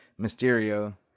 Mysterio